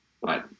Bye